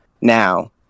now